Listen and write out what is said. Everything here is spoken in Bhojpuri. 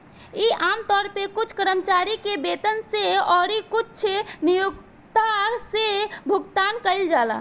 इ आमतौर पर कुछ कर्मचारी के वेतन से अउरी कुछ नियोक्ता से भुगतान कइल जाला